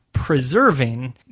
preserving